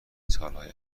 سالهای